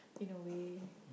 in a way